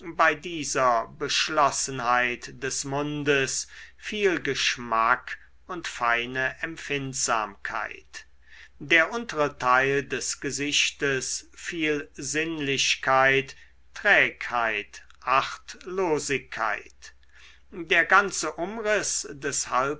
bei dieser beschlossenheit des mundes viel geschmack und feine empfindsamkeit der untere teil des gesichtes viel sinnlichkeit trägheit achtlosigkeit der ganze umriß